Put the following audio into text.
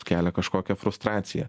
kelia kažkokią frustraciją